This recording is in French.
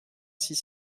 six